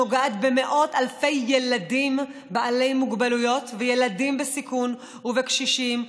שנוגעת במאות אלפי ילדים בעלי מוגבלויות וילדים בסיכון וקשישים,